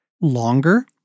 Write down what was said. longer